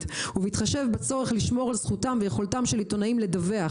ובהתחשב בצורך לשמוע על זכותם ויכולתם של עיתונאים לדווח